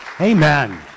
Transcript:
Amen